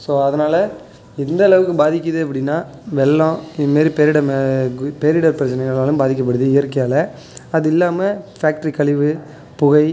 so அதனால் எந்தளவுக்கு பாதிக்குது அப்படின்னா வெள்ளம் இந்த மாரி பேரிடர் பேரிடர் பிரச்சனைகளாலும் பாதிக்கப்படுது இயற்கையால் அது இல்லாமல் ஃபேக்ட்ரி கழிவு புகை